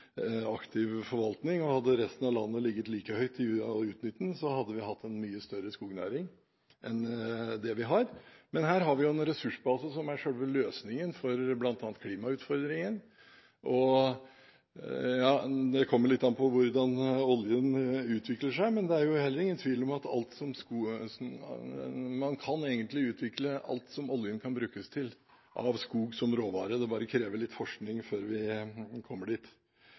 forvaltning, og hadde resten av landet ligget like høyt når det gjelder å utnytte den, så hadde vi hatt en mye større skognæring enn det vi har. Men her har vi jo en ressursbase som er selve løsningen for bl.a. klimautfordringen. Det kommer litt an på hvordan oljen utvikler seg, men det er heller ingen tvil om at alt man i dag bruker oljen til, kan utvikles av skog som råvare. Det krever bare litt forskning før vi kommer dit.